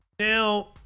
Now